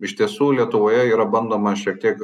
iš tiesų lietuvoje yra bandoma šiek tiek